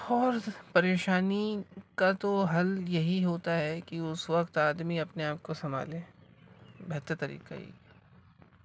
اور پریشانی کا تو حل یہی ہوتا ہے کہ اس وقت آدمی اپنے آپ کو سنبھالے بہتر طریقہ یہی ہے